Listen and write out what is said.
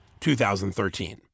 2013